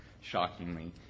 shockingly